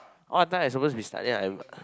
all the time I suppose to be studying I